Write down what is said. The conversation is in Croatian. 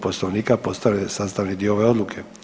Poslovnika postaje sastavni dio ove odluke.